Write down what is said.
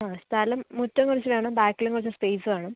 ആ സ്ഥലം മുറ്റം കുറച്ചു വേണം ബാക്കിലും കുറച്ചു സ്പേസ് വേണം